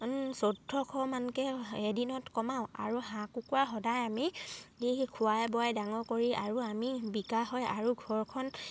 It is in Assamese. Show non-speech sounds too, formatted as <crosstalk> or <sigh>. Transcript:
চৈধ্যশ মানকে এদিনত কমাওঁ আৰু হাঁহ কুকুৰা সদায় আমি <unintelligible> খোৱাই বোৱাই ডাঙৰ কৰি আৰু আমি বিকাশ হয় আৰু ঘৰখন